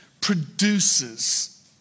produces